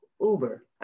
uber